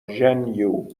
gen